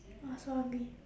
!wah! so hungry